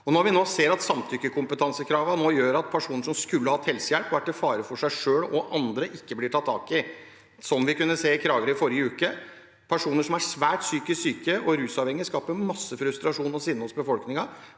ser nå at samtykkekompetansekravene gjør at personer som skulle hatt helsehjelp og er til fare for seg selv og andre, ikke blir fulgt opp. Det kunne vi se i Kragerø i forrige uke. Personer som er svært psykisk syke og rusavhengige, skaper masse frustrasjon og sinne hos befolkningen